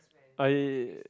I